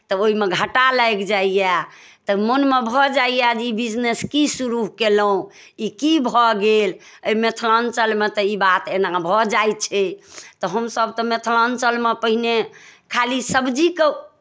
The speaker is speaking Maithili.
तऽ ओहिमे घाटा लागि जाइए तऽ मोन मऽ भऽ जाइए जे ई बिजनेस की शुरू कयलहुँ ई की भऽ गेल एहि मिथिलाञ्चलमे तऽ ई बात एना भऽ जाइत छै हमसभ तऽ मिथिलाञ्चलमे पहिने खाली सब्जीके